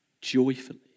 joyfully